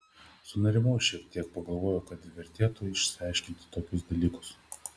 sunerimau šiek tiek pagalvojau kad vertėtų išsiaiškinti tokius dalykus